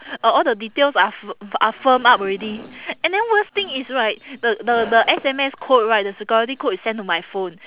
uh all the details are fi~ are firm up already and then worst thing is right the the the S_M_S code right the security code right is send to my phone